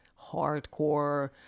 hardcore